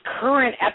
current